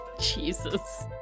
Jesus